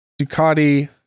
Ducati